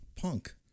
punk